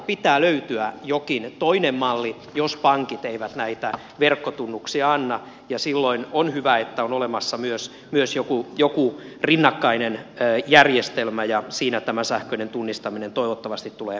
pitää löytyä jokin toinen malli jos pankit eivät verkkotunnuksia anna ja silloin on hyvä että on olemassa myös joku rinnakkainen järjestelmä ja siinä tämä sähköinen tunnistaminen toivottavasti tulee toimimaan